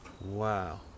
Wow